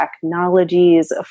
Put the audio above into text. technologies